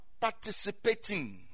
participating